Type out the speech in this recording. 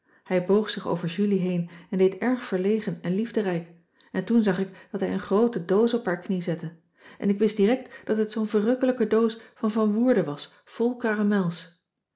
hij boog zich over julie heen en deed erg verlegen en liefderijk en toen zag ik dat hij een groote doos op haar knie zette en ik wist direct dat het zoo'n verrukkelijke doos van van woerden was vol caramels